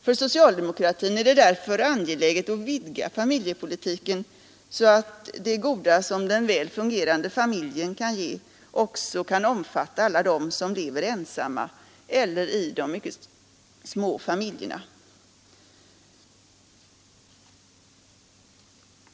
För socialdemokratin är det därför angeläget att vidga familjepolitiken, så att det goda, som den väl fungerande familjen kan ge, kan omfatta också alla dem som lever ensamma eller de mycket små familjerna.